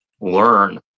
learn